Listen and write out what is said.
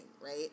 right